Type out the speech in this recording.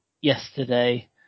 yesterday